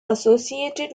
associated